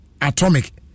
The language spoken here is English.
atomic